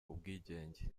ubwigenge